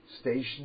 station